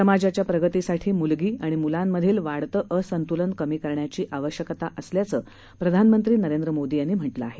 समाजाच्याप्रगतीसाठीमुलगीआणिमुलांमधीलवाढतेअसंतुलनकमीकरण्याचीआवश्यकताअसल्याचंप्रधानमंत्रीनरेंद्रमोदीयांनीम्हंटलंआहे